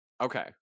okay